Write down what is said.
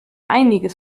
einiges